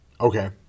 Okay